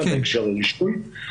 בהקשר לרישוי,